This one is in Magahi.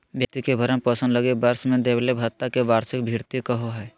व्यक्ति के भरण पोषण लगी वर्ष में देबले भत्ता के वार्षिक भृति कहो हइ